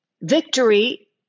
victory